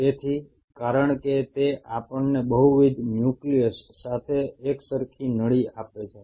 તેથી કારણ કે તે આપણને બહુવિધ ન્યુક્લિયસ સાથે એકસરખી નળી આપે છે